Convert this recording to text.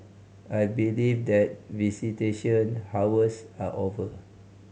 I believe that visitation hours are over